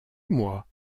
moi